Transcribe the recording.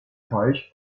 teich